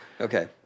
Okay